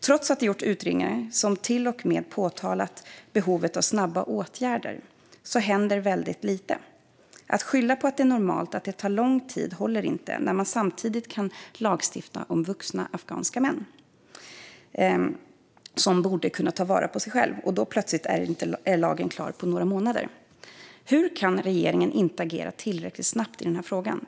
Trots att det gjorts utredningar som till och med påpekat behovet av snabba åtgärder händer väldigt lite. Att skylla på att det är normalt att det tar tid håller inte när man samtidigt kan lagstifta om vuxna afghanska män som borde kunna ta vara på sig själva - och då är plötsligt lagen klar på några månader. Hur kan regeringen låta bli att agera tillräckligt snabbt i frågan?